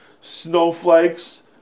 snowflakes